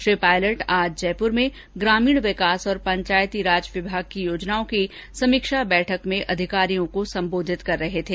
श्री पायलट आज जयपुर में ग्रामीण विकास और पंचायती राज विभाग की योजनाओं की समीक्षा बैठक में अधिकारियों को सम्बोधित कर रहे थें